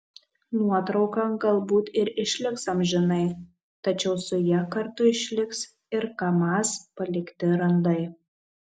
nuotrauka galbūt ir išliks amžinai tačiau su ja kartu išliks ir kamaz palikti randai